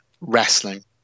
wrestling